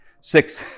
Six